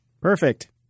Perfect